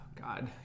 God